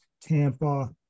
Tampa